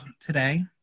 today